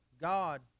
God